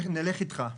נלך איתך".